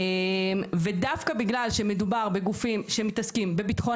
דווקא בגלל שמדובר בגופים שמתעסקים בביטחון